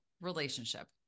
relationship